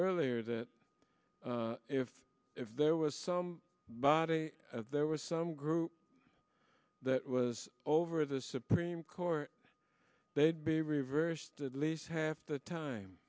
earlier that if there was some body there was some group that was over the supreme court they'd be reversed at least half the time